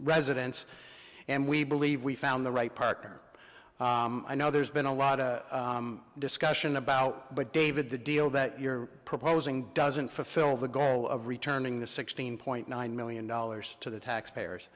residents and we believe we found the right partner i know there's been a lot of discussion about but david the deal that you're proposing doesn't fulfill the goal of returning the sixteen point nine million dollars to the taxpayers